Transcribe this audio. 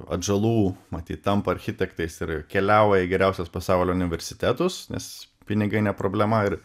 atžalų matyt tampa architektais ir keliauja į geriausius pasaulio universitetus nes pinigai ne problema ir